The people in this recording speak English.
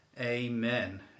Amen